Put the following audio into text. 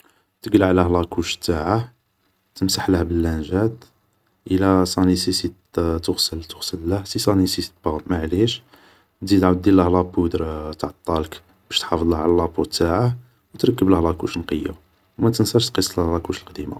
تقلعله لا كوش تاعه, تمسحله باللانجات, الا سا نسيسيت تغسل, تغسله, سي سانيسيسيت با, معليش, تزيد تعاود ديرله لا بودر تاع الطالك باش تحافضله عل لا بو تاعه, تركبله لا كوش نقية, و ما تنساش تقيس لا كوش لقديمة